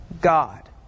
God